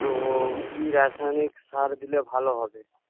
তো কী রাসায়নিক সার দিলে ভালো হবে